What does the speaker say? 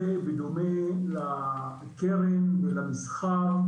זה בדומה לקרן למסחר